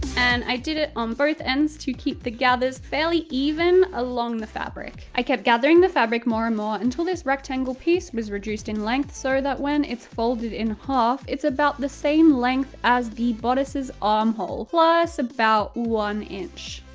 and i did it on both ends to keep the gathers fairly even along the fabric. i kept gathering the fabric more and more, more, until this rectangle piece was reduced in length so that when it's folded in half, it's about the same length as the bodice armhole, plus about one inch.